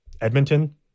Edmonton